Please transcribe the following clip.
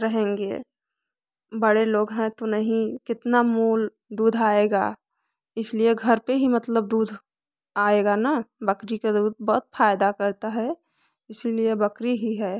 रहेंगे बड़े लोग हैं तो नहीं कितना मोल दूध आएगा इसलिए घर पे ही मतलब दूध आएगा ना बकरी का दूध बहुत फायदा करता है इसीलिए बकरी ही है